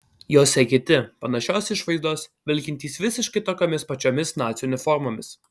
jose kiti panašios išvaizdos vilkintys visiškai tokiomis pačiomis nacių uniformomis